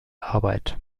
arbeit